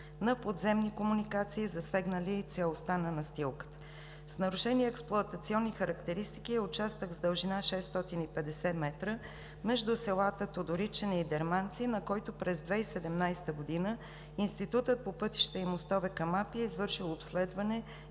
на подземни комуникации, засегнали целостта на настилката. С нарушени експлоатационни характеристики е участък с дължина 650 м между селата Тодоричене и Дерманци, на който през 2017 г. Институтът по пътища и мостове към Агенция „Пътна